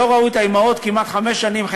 חלקם לא ראו את האימהות כמעט חמש שנים.